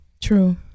True